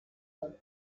dann